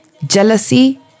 Jealousy